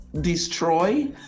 destroy